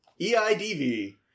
E-I-D-V